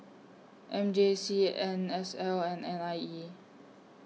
M J C N S L and N I E